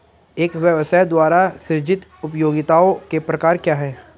एक व्यवसाय द्वारा सृजित उपयोगिताओं के प्रकार क्या हैं?